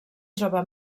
troba